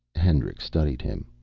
hendricks studied him.